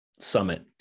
summit